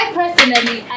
personally